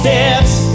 Steps